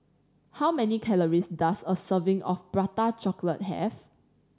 how many calories does a serving of Prata Chocolate have